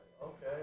Okay